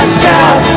shout